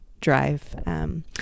drive